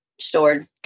stored